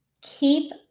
keep